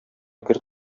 гер